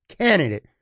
candidate